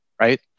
right